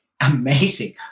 amazing